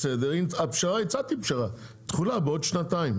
בסדר, הצעתי פשרה, תחולה בעוד שנתיים.